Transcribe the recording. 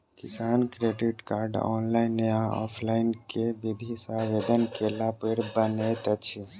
किसान credit card, online या offline केँ विधि सँ आवेदन कैला पर बनैत अछि?